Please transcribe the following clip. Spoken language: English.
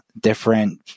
different